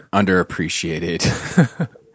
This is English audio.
underappreciated